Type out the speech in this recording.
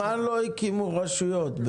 מזמן לא הקימו רשויות בישראל.